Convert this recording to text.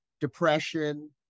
depression